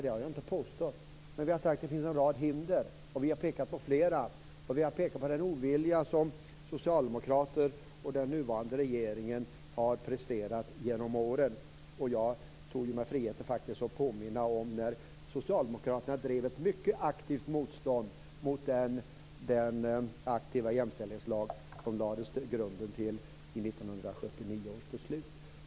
Det har jag inte påstått, men jag har sagt att det finns en rad hinder. Jag har pekat på den ovilja som socialdemokrater och den nuvarande regeringen har presterat under åren. Jag tog mig friheten att påminna om när socialdemokraterna drev ett mycket aktivt motstånd mot den aktiva jämställdhetslag som grundlades i 1979 års beslut.